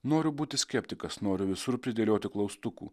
noriu būti skeptikas noriu visur pridėlioti klaustukų